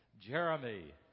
Jeremy